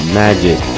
magic